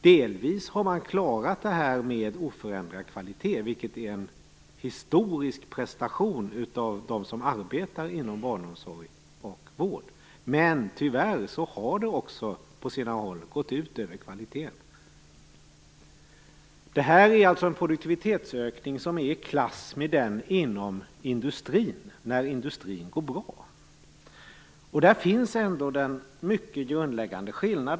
Delvis har man klarat det med oförändrad kvalitet, vilket är en historisk prestation av dem som arbetar inom barnomsorg och vård. Tyvärr har det också på sina håll gått ut över kvaliteten. Det är en produktivitetsökning som är i klass med den inom industrin när industrin går bra. Här finns ändå en mycket grundläggande skillnad.